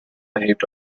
behaved